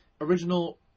Original